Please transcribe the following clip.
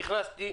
נכנסתי,